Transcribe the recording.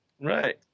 Right